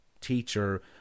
teacher